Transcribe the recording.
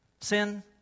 sin